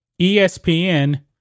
ESPN